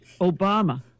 Obama